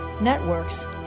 networks